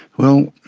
well,